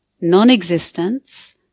non-existence